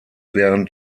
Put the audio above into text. während